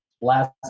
last